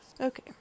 Okay